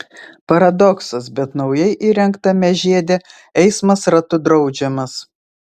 paradoksas bet naujai įrengtame žiede eismas ratu draudžiamas